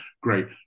great